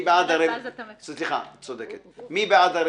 הצבעה בעד,